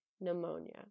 pneumonia